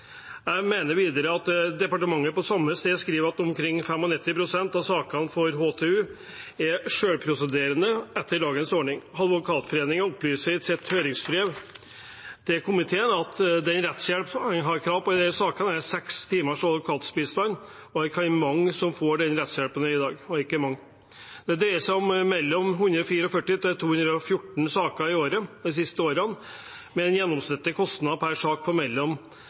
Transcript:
videre til at departementet på samme sted skriver at omkring 95 pst. av sakene for HTU er selvprosederende etter dagens ordning. Advokatforeningen opplyser i sitt høringsbrev til komiteen at den rettshjelp en har krav på i de sakene, er seks timers advokatbistand, og at det ikke er mange som får den rettshjelpen i dag. Det dreier seg om mellom 144 og 214 saker i året de siste årene, med en gjennomsnittlig kostnad per sak på mellom